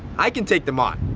i can take them on,